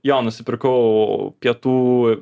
jo nusipirkau pietų